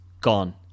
gone